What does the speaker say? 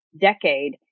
decade